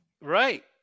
Right